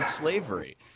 slavery